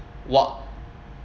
what